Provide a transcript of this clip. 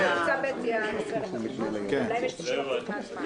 קבוצה ב' במסגרת הזמן.